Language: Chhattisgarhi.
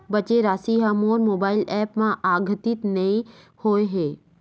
बचे राशि हा मोर मोबाइल ऐप मा आद्यतित नै होए हे